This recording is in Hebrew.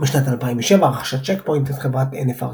בשנת 2007 רכשה צ'ק פוינט את חברת NFR